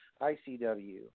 ICW